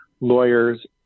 lawyers